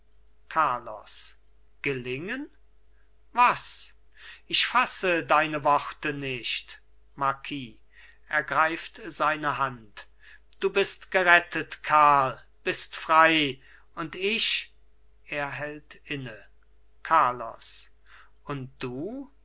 carlos gelingen was ich fasse deine worte nicht marquis ergreift seine hand du bist gerettet karl bist frei und ich er hält inne carlos und du